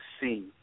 see